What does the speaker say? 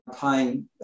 paying